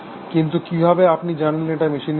কিন্তু কিভাবে আপনি জানলেন এটা মেশিনে নেই